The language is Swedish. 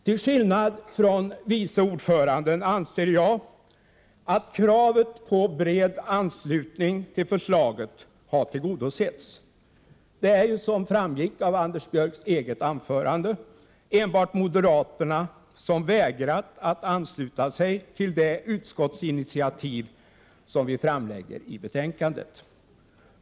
Till skillnad från vice ordföranden anser jag att kravet på bred anslutning till förslaget har tillgodosetts. Som framgick av Anders Björcks eget anförande är det ju enbart moderaterna som har vägrat att ansluta sig till det utskottsinitiativ som vi framlägger i betänkandet.